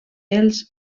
els